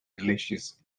delicious